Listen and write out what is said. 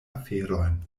aferojn